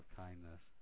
kindness